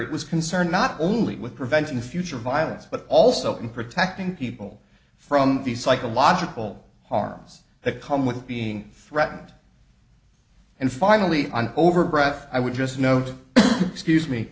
it was concerned not only with preventing future violence but also in protecting people from the psychological harms that come with being threatened and finally over brad i would just note excuse me